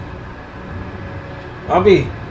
Abby